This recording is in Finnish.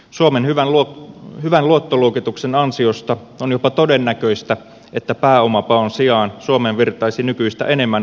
suomen hyvän luottoluokituksen ansiosta on jopa todennäköistä että pääomapaon sijaan suomeen virtaisi nykyistä enemmän ulkomaista pääomaa